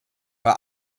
bei